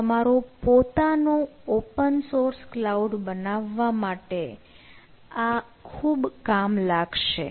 પણ તમારો પોતાનો ઓપન સોર્સ ક્લાઉડ બનાવવા માટે આ આ ખૂબ કામ લાગશે